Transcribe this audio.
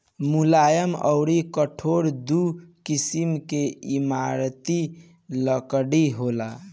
मुलायम अउर कठोर दू किसिम के इमारती लकड़ी होला